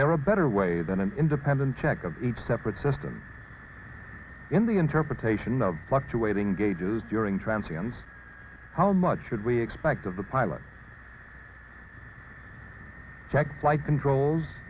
there a better way than an independent check of each separate system in the interpretation of fluctuating day jews during transients how much should we expect of the pilot check flight controls